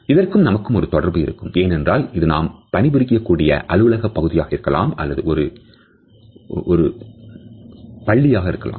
இதற்கும் நமக்கும் ஒரு தொடர்பு இருக்கும் ஏனென்றால் அது நாம் பணிபுரியக்கூடிய அலுவலக பகுதியாக இருக்கலாம் அல்லது ஒரு படியாக இருக்கலாம்